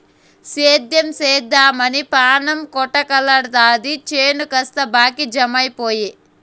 సేద్దెం సేద్దెమని పాణం కొటకలాడతాది చేను కాస్త బాకీకి జమైపాయె